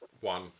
One